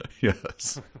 Yes